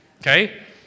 Okay